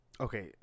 Okay